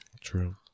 True